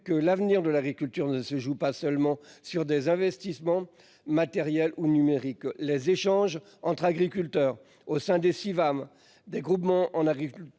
que l'avenir de l'agriculture ne se joue pas seulement sur des investissements matériels ou numérique. Les échanges entre agriculteurs au sein des Civam des groupements en arrive